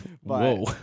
Whoa